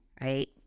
right